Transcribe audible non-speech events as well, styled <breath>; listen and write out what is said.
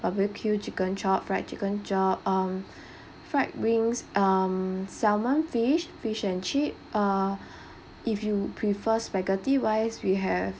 barbecue chicken chop fried chicken chop um <breath> fried wings um salmon fish fish and chip uh <breath> if you prefer spaghetti wise we have